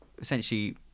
essentially